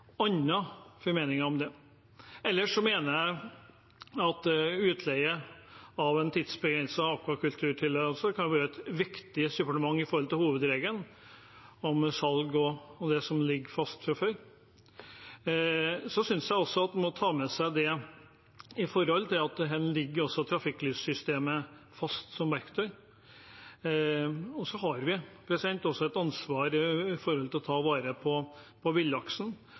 om det. Ellers mener jeg at utleie av en tidsbegrenset akvakulturtillatelse kan være et viktig supplement til hovedregelen om salg og det som ligger fast fra før. Jeg synes også man må ta med seg det med tanke på at her ligger også trafikklyssystemet fast som verktøy. Vi har også et ansvar for å ta vare på villaksen,